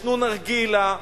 עישנו נרגילה,